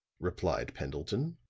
replied pendleton,